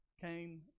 came